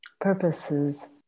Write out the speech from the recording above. purposes